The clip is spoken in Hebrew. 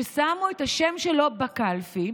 ששמו את השם שלו בקלפי,